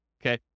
okay